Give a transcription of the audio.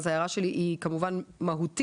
אז ההערה שלי היא כמובן מהותית,